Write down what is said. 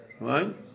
Right